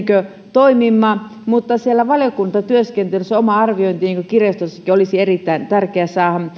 toimimme mutta siellä valiokuntatyöskentelyssä oma arviointi niin kuin kirjastossakin olisi erittäin tärkeä saada